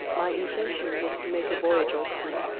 my intention was to make a voyage or two,